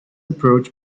approach